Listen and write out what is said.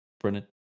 Brennan